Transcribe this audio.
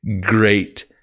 great